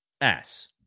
ass